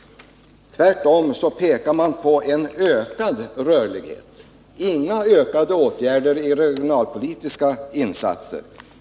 Tvärtom pekar man endast på en ökad rörlighet, inte på ökade regionalpolitiska insatser.